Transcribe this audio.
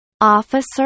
officer